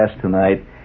tonight